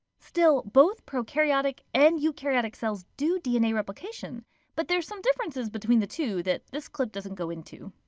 still both prokaryotic and eukaryotic cells do dna replicationm but there's some differences between the two that this clip doesn't go into.